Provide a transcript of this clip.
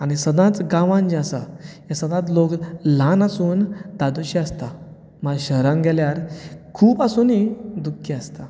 आनी सदांच गांवांत जें आसा हें सदांच लोक ल्हान आसून धादोशी आसता आनी शारांत गेल्यार खूब आसुनूय दुखी आसता